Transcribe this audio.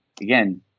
again